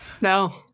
No